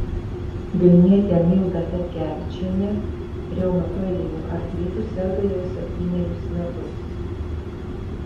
vilnietė milda petkevičienė reumatoidiniu artritu serga jau septynerius metus